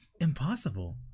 Impossible